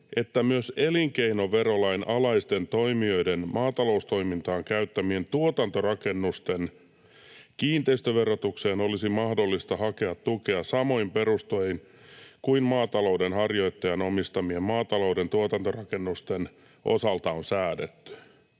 että myös elinkeinoverolain alaisten toimijoiden maataloustoimintaan käyttämien tuotantorakennusten kiinteistöverotukseen olisi mahdollista hakea tukea samoin perustein kuin maatalouden harjoittajan omistamien maatalouden tuotantorakennusten osalta on säädetty.